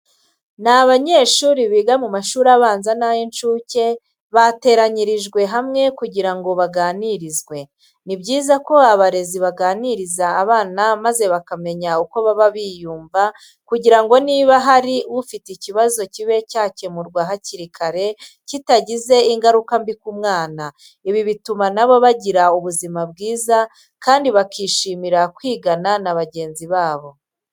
Ni abanyeshuri biga mu mashuri abanza n'ay'incuke, bateranyirijwe hamwe kugira ngo baganirizwe. Ni byiza ko abarezi baganiriza abana maze bakamenya uko baba biyumva kugira ngo niba hari ufite ikibazo kibe cyakemurwa hakiri kare kitagize ingaruka mbi ku mwana. Ibi bituma na bo bagira ubuzima bwiza kandi bakishimira kwigana na bagenzi babo.